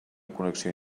connexió